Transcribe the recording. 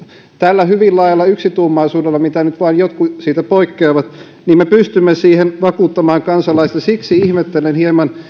tällä hyvin laajalla yksituumaisuudella mistä nyt vain jotkut poikkeavat me pystymme vakuuttamaan kansalaiset siksi ihmettelen hieman